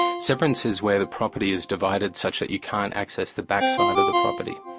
severance is where the property is divided such that you can't access the back side of the property.